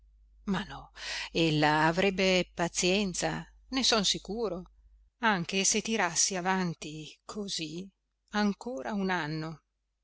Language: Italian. ma no ella avrebbe pazienza ne son sicuro anche se tirassi avanti così ancora un anno